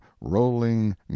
rolling